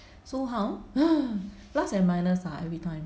so how plus and minus lah everytime